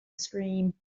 scream